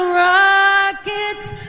rocket's